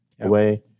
away